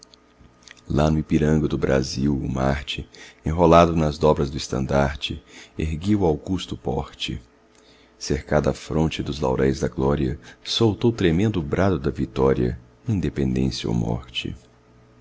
lá no ipiranga do brasil o marte enrolado nas dobras do estandarte erguia o augusto porte cercada a fronte dos lauréis da glória soltou tremendo brado da vitória independência ou morte